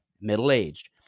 middle-aged